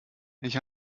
ich